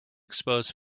expose